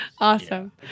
awesome